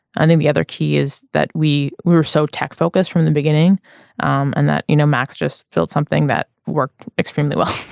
i think the other key is that we were so tech focused from the beginning and that you know max just built something that worked extremely well